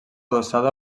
adossada